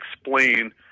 explain